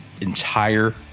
entire